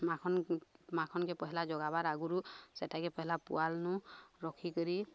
ମାଖନ୍ ମାଖନ୍କେ ପହଲା ଜୋଗାବାର ଆଗରୁ ସେଟାକେ ପହଲା ପୁଆଲ୍ନୁ ରଖିକିରି